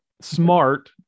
smart